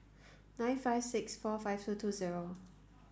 nine five six four five two two zero